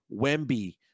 Wemby